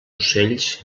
ocells